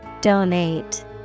Donate